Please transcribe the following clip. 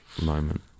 moment